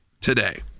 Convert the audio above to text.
today